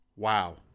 Wow